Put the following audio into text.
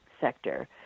sector